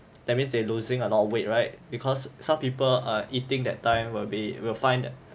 that means they losing a lot of weight right because some people err eating that time will be will find